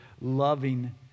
loving